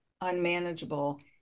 unmanageable